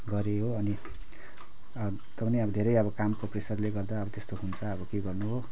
गरेँ हो अनि तैपनि धेरै अब कामको प्रेसरले गर्दा अब त्यस्तो हुन्छ अब के गर्नु हो